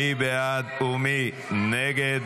מי בעד ומי נגד?